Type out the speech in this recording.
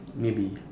maybe